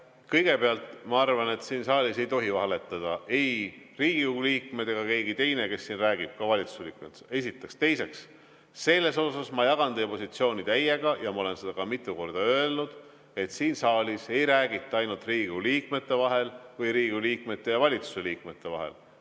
Kõigepealt, ma arvan, et siin saalis ei tohi valetada. Ei Riigikogu liikmed ega keegi teine, kes siin räägib, ka valitsuse liikmed. Esiteks. Teiseks, selles osas ma jagan teie positsiooni täiega ja ma olen seda ka mitu korda öelnud, et siin saalis ei räägita ainult Riigikogu liikmete vahel või Riigikogu liikmete ja valitsuse liikmete vahel.